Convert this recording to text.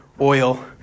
oil